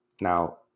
now